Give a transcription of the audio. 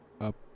up